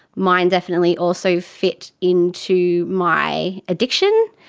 mine definitely also fit into my addiction,